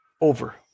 over